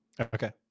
Okay